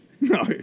No